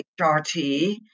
HRT